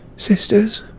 sisters